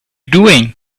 doing